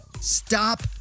Stop